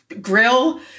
grill